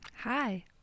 Hi